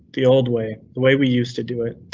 the old way, the way we used to do it.